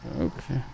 Okay